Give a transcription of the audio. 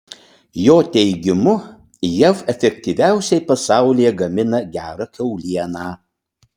jo teigimu jav efektyviausiai pasaulyje gamina gerą kiaulieną